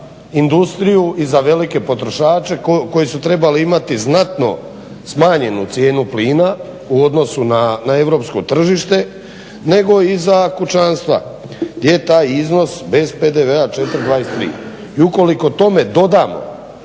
industriju i za velike potrošače koji su trebali imati znatno smanjenu cijenu plina u odnosu na europsko tržište nego i za kućanstva gdje je taj iznos bez PDV-a 4,23. I ukoliko tome dodamo